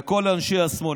לכל אנשי השמאל.